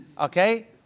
Okay